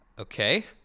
Okay